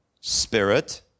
spirit